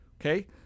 okay